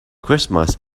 christmas